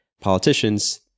politicians